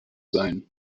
sein